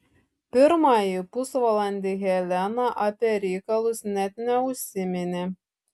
pirmąjį pusvalandį helena apie reikalus net neužsiminė